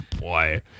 boy